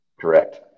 Correct